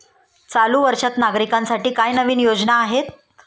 चालू वर्षात नागरिकांसाठी काय नवीन योजना आहेत?